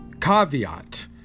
caveat